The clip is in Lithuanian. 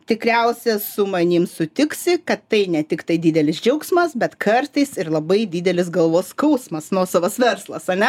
tikriausia su manim sutiksi kad tai ne tiktai didelis džiaugsmas bet kartais ir labai didelis galvos skausmas nuosavas verslas ane